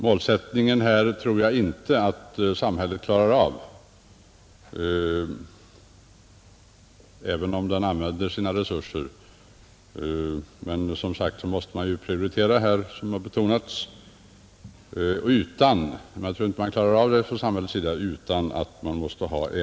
Målsättningen tror jag inte att samhället ensamt klarar av utan hjälp av ideella insatser på frivillig bas, även om det använder sina samlade egna resurser.